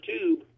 tube